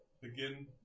Begin